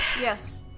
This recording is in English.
Yes